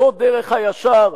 זאת דרך הישר?